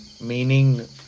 meaning